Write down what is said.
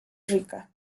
rica